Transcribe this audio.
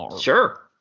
Sure